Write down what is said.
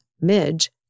Midge